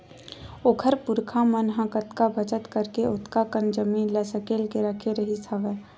ओखर पुरखा मन ह कतका बचत करके ओतका कन जमीन ल सकेल के रखे रिहिस हवय